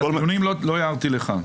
על הטיעונים לא הערתי לך.